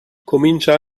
comincia